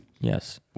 Yes